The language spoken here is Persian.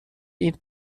این